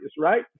right